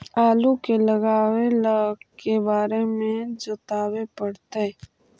आलू के लगाने ल के बारे जोताबे पड़तै?